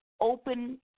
open